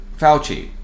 Fauci